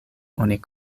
oni